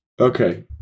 Okay